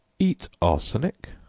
eat arsenic?